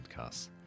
podcasts